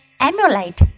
emulate